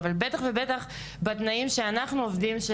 אבל בטח ובטח בתנאים שבהם אנחנו עובדים.